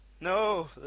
no